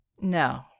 No